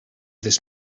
this